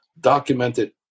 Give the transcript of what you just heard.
documented